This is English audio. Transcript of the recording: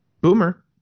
boomer